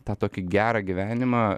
tą tokį gerą gyvenimą